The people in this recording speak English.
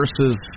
versus